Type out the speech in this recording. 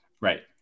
Right